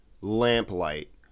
lamplight